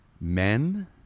Men